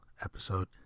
episode